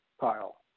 pile